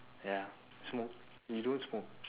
ya smoke we don't smoke